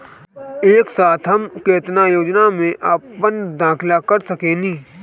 एक साथ हम केतना योजनाओ में अपना दाखिला कर सकेनी?